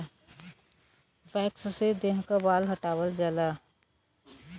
wax से देह क बाल हटावल जाला